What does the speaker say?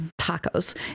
tacos